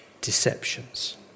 deceptions